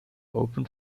open